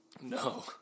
No